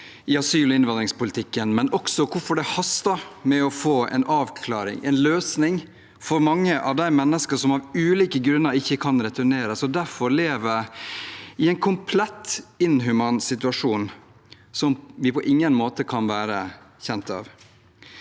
asylsøkere og statsløse ken, men også hvorfor det haster med å få en avklaring – en løsning – for mange av de menneskene som av ulike grunner ikke kan returnere, og som derfor lever i en fullstendig inhuman situasjon som vi på ingen måte kan være bekjent av.